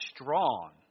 strong